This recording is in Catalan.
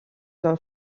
del